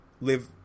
live